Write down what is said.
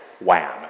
wham